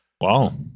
Wow